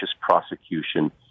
prosecution